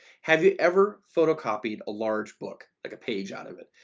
have you ever photocopied a large book like a page out of it?